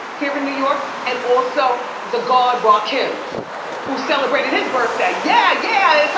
here in new york, and also, the god rakim, who celebrated his birthday. yeah, yeah.